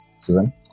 susan